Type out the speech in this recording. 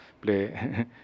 play